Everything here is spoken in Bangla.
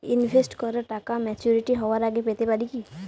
ইনভেস্ট করা টাকা ম্যাচুরিটি হবার আগেই পেতে পারি কি?